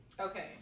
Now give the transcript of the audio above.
Okay